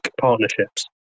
partnerships